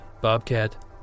Bobcat